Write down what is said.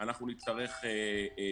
אנחנו נצטרך סיוע.